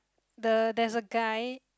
the there's a guy